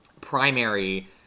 primary